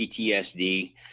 PTSD